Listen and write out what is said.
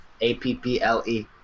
A-P-P-L-E